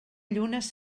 llunes